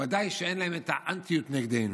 ודאי שאין להם האנטיות נגדנו.